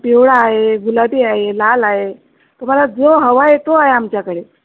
पिवळा आहे गुलाबी आहे लाल आहे तुम्हाला जो हवा आहे तो आहे आमच्याकडे